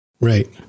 Right